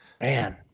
Man